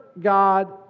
God